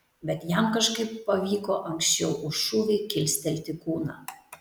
bet jam kažkaip pavyko anksčiau už šūvį kilstelti kūną